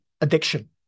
addiction